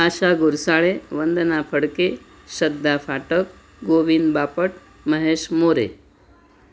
Asha Ghursale Vandana Phadke Shraddha Phatak Govind Bapat Mahesh More